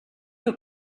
que